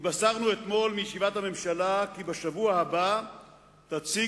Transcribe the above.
התבשרנו אתמול מישיבת הממשלה כי בשבוע הבא תציג,